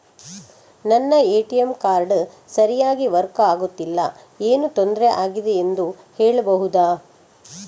ನನ್ನ ATM card ಸರಿಯಾಗಿ work ಆಗುತ್ತಿಲ್ಲ, ಏನು ತೊಂದ್ರೆ ಆಗಿದೆಯೆಂದು ಹೇಳ್ಬಹುದಾ?